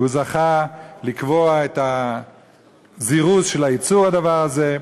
והוא זכה לקבוע את הזירוז של ייצור הדבר הזה.